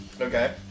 Okay